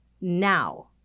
now